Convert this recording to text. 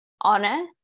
honor